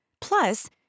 Plus